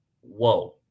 whoa